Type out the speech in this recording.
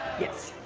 yes.